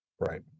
Right